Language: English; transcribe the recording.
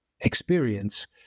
experience